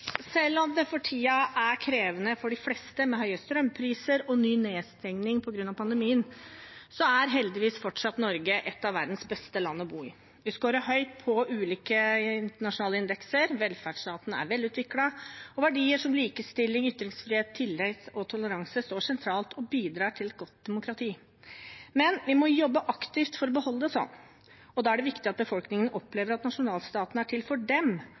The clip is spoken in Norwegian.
pandemien, er heldigvis Norge fortsatt et av verdens beste land å bo i. Vi skårer høyt på ulike internasjonale indekser, velferdsstaten er velutviklet, og verdier som likestilling, ytringsfrihet, tillit og toleranse står sentralt og bidrar til et godt demokrati. Men vi må jobbe aktivt for å beholde det sånn, og da er det viktig at befolkningen opplever at nasjonalstaten er til for dem,